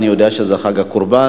אני יודע שזה חג הקורבן,